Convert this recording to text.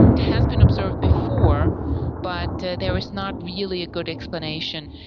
it has been observed before but there is not really a good explanation.